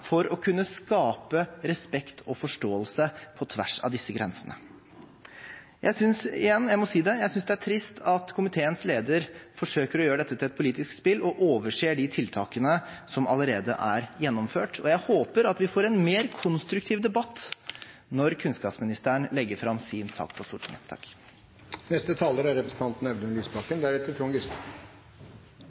for å kunne skape respekt og forståelse på tvers av disse grensene. Igjen, jeg synes det er trist at komiteens leder forsøker å gjøre dette til et politisk spill og overser de tiltakene som allerede er gjennomført. Jeg håper vi får en mer konstruktiv debatt når kunnskapsministeren legger fram sin sak for Stortinget.